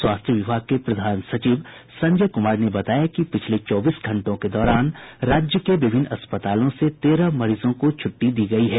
स्वास्थ्य विभाग के प्रधान सचिव संजय कुमार ने बताया कि पिछले चौबीस घंटों के दौरान राज्य के विभिन्न अस्पतालों से तेरह मरीजों को छुट्टी दी गयी है